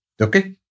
Okay